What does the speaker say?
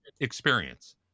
experience